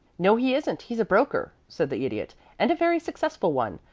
no, he isn't. he's a broker, said the idiot, and a very successful one.